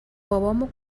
بابامو